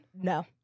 No